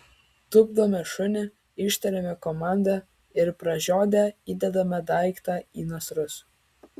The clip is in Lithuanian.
tupdome šunį ištariame komandą ir pražiodę įdedame daiktą į nasrus